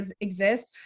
exist